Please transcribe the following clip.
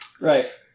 Right